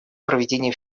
проведении